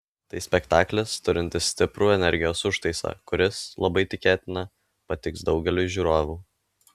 tai spektaklis turintis stiprų energijos užtaisą kuris labai tikėtina patiks daugeliui žiūrovų